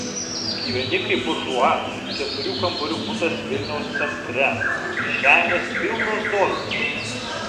gyveni kaip buržua keturių kambarių butas vilniaus centre kišenės pilnos dolcų